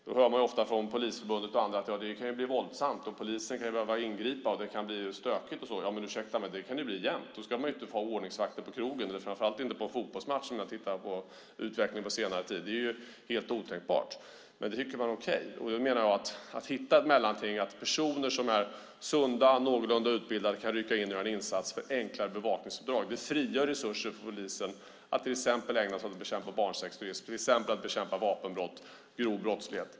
Man hör ofta från Polisförbundet och andra att det kan bli våldsamt, att polisen kan behöva ingripa, att det kan bli stökigt och så vidare. Men ursäkta mig - det kan det bli jämt! Då ska man inte ha ordningsvakter på krogen, och framför allt inte på en fotbollsmatch med tanke på utvecklingen på senare tid. Det är helt otänkbart. Men det tycker man är okej. Jag menar att man bör hitta ett mellanting där personer som är sunda och någorlunda utbildade kan rycka in och göra en insats för enklare bevakningsuppdrag. Det frigör resurser för polisen så att de till exempel kan ägna sig åt att bekämpa barnsexturism, vapenbrott och grov brottslighet.